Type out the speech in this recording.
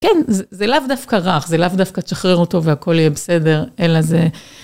כן, זה לאו דווקא רך, זה לאו דווקא תשחרר אותו והכל יהיה בסדר, אלא זה...